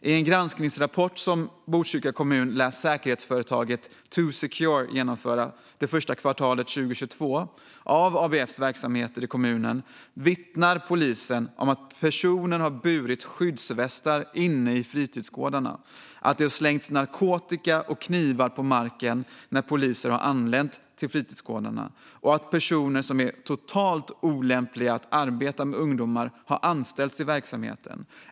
I en granskningsrapport som Botkyrka kommun lät säkerhetsföretaget 2Secure genomföra under första kvartalet 2022 av ABF:s verksamheter i kommunen vittnar polisen om att personer har burit skyddsvästar inne i fritidsgårdarna, att det har slängts narkotika och knivar på marken när polisen har anlänt till fritidsgårdarna och att personer som är totalt olämpliga att arbeta med ungdomar har anställts i verksamheten.